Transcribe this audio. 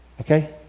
Okay